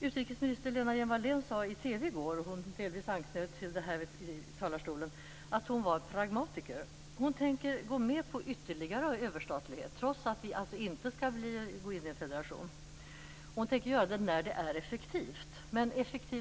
Utrikesminister Lena Hjelm-Wallén sade i TV i går, och hon anknöt delvis till det här i talarstolen, att hon är pragmatiker. Hon tänker gå med på ytterligare överstatlighet trots att vi inte skall gå in i en federation, och hon tänker göra det när det är effektivt. Men för vad är det effektivt?